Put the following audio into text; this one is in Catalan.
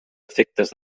efectes